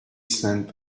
scent